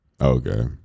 Okay